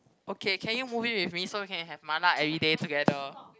okay can you move in with me so we can have mala everyday together